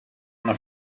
una